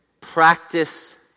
practice